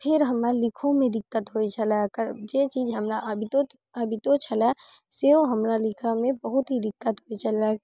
फेर हमरा लिखहोमे दिक्कत होइत छलऽ जे चीज हमरा अबितो अबितो छलऽ सेहो हमरा लिखऽमे बहुत ही दिक्कत होइत छलै